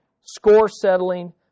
score-settling